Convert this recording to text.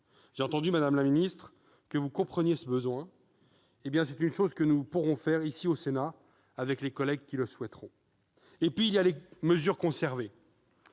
J'ai entendu, madame la ministre, que vous compreniez ce besoin, et c'est quelque chose que nous pourrons entreprendre au Sénat avec les collègues qui le souhaiteront. Il y a aussi les mesures conservées.